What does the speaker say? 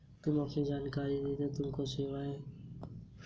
तुम अपने जानकारी भर देना तुमको सेवाओं में ऋण टैब मिल जाएगा